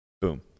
Boom